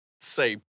say